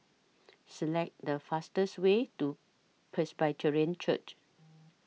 Select The fastest Way to Presbyterian Church